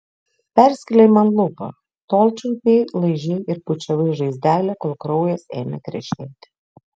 perskėlei man lūpą tol čiulpei laižei ir bučiavai žaizdelę kol kraujas ėmė krešėti